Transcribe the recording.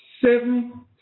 seven